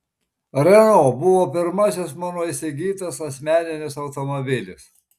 renault buvo pirmasis mano įsigytas asmeninis automobilis